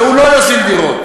והוא לא יוזיל דירות.